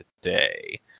today